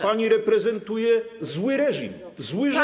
Pani reprezentuje zły reżim, zły rząd.